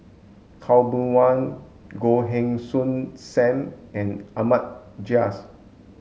Khaw Boon Wan Goh Heng Soon Sam and Ahmad Jais